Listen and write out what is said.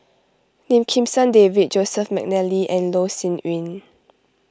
Lim Kim San David Joseph McNally and Loh Sin Yun